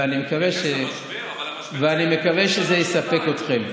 ואני מקווה שזה יספק אתכם.